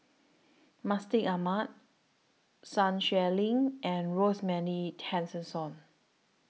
Mustaq Ahmad Sun Xueling and Rosemary Tessensohn